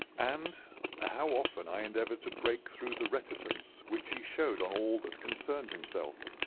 and ah how often i endeavoured to break through the reticence which he showed on all that concerned himself.